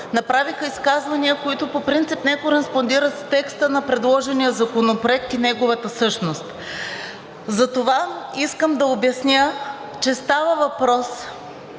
направиха изказвания, които по принцип не кореспондират с текста на предложения законопроект и неговата същност. Затова искам да обясня, че става въпрос